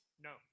No